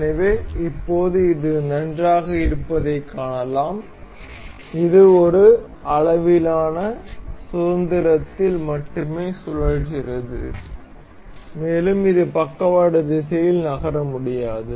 எனவே இப்போது இது நன்றாக இருப்பதைக் காணலாம் இது ஒரு அளவிலான சுதந்திரத்தில் மட்டுமே சுழல்கிறது மேலும் இது பக்கவாட்டு திசையில் நகர முடியாது